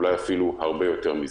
אולי אפילו הרבה יותר מזה,